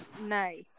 nice